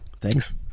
Thanks